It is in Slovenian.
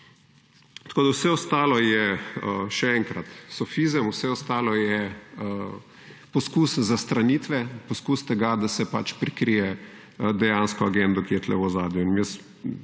Tako da vse ostalo je, še enkrat, sofizem, vse ostalo je poskus zastranitve, poskus tega, da se pač prikrije dejansko agendo, ki je tukaj v ozadju.